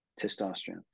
testosterone